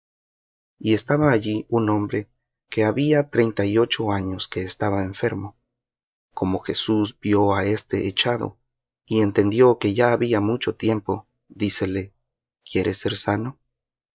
y estaba allí un hombre que había treinta y ocho años que estaba enfermo como jesús vió á éste echado y entendió que ya había mucho tiempo dícele quieres ser sano